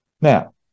Now